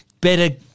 Better